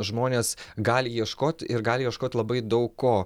žmonės gali ieškot ir gali ieškot labai daug ko